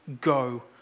go